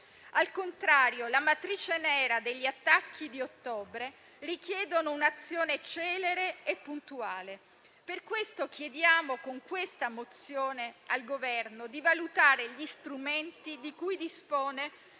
Al contrario, la matrice nera degli attacchi di ottobre richiede un'azione celere e puntuale. Per questo motivo, chiediamo al Governo, con la mozione in esame, di valutare gli strumenti di cui dispone